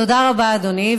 תודה רבה, אדוני.